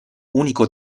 unico